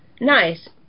Nice